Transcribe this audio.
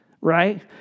Right